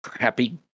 happy